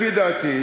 לפי דעתי,